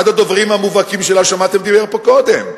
אחד הדוברים המובהקים שלה, שמעתם, דיבר פה קודם,